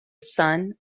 son